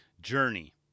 journey